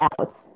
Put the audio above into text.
out